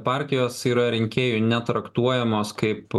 partijos yra rinkėjų netraktuojamos kaip